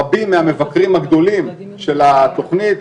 רבים מהמבקרים הגדולים של התכנית,